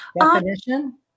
definition